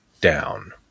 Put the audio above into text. down